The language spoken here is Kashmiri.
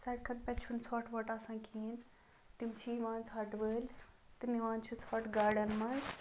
سَڑکَن پیٚٹھ چھُنہٕ ژھوٚٹھ ووٚٹھ آسان کِہیٖنۍ تِم چھِ یِوان ژھوٚٹہٕ وٲلۍ تہٕ نِوان چھِ ژھوٚٹھ گاڑیٚن مَنٛز